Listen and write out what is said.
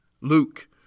Luke